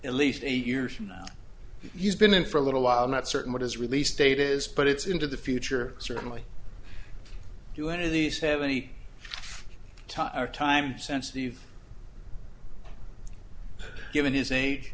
at least eight years from now he's been in for a little while i'm not certain what his release date is but it's into the future certainly do any of these have any time or time sensitive given his